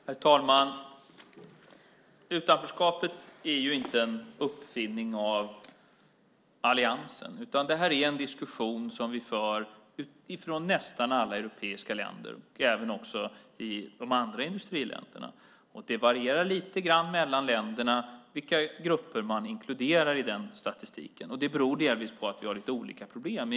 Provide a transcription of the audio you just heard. Herr talman! Utanförskapet är ju inte en uppfinning av alliansen. Det här är en diskussion som vi för i nästan alla europeiska länder och även i de andra industriländerna. Vilka grupper man inkluderar i statistiken varierar lite mellan länderna. Det beror delvis på att vi har lite olika problem.